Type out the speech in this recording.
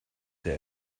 der